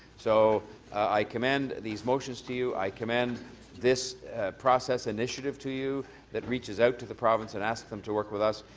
so i commend these motions to you, i commend this process initiative to you that reaches out to the province and asks them to work with us,